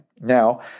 Now